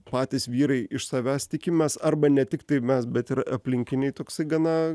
patys vyrai iš savęs tikimės arba ne tiktai mes bet ir aplinkiniai toksai gana